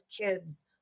kids